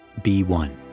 B1